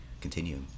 continue